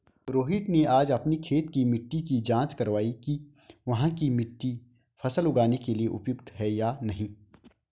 रोहित ने आज अपनी खेत की मिट्टी की जाँच कारवाई कि वहाँ की मिट्टी फसल उगाने के लिए उपयुक्त है या नहीं